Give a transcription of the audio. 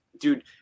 dude